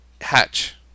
Hatch